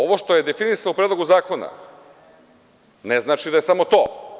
Ovo što je definisano u Predlogu zakona, ne znači da je samo to.